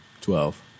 Twelve